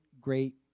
great